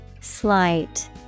Slight